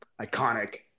Iconic